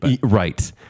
Right